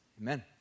Amen